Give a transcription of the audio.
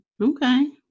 Okay